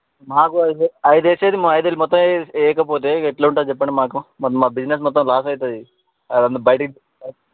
మాకు ఐదే ఐదు వేసేది మా ఐదు మొత్తం ఏ వెయ్యకపోతే ఇంకా ఎలా ఉంటుంది చెప్పండి మాకు మరి మా బిజినెస్ మొత్తం లాస్ అవుతుంది అది అందుకు బయటికి